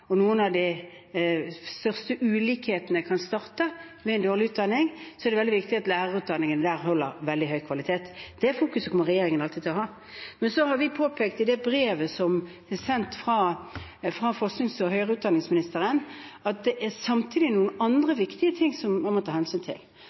utdanning, er det veldig viktig at lærerutdanningen der holder veldig høy kvalitet. Det fokuset kommer regjeringen alltid til å ha. Så har vi påpekt i det brevet som ble sendt fra forsknings- og høyere utdanningsministeren, at det er samtidig noen andre